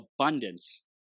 abundance